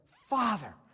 father